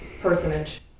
personage